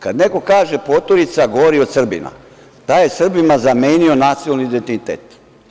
Kada neko kaže – poturica gori od Srbina, taj je Srbima zamenio nacionalni identitet.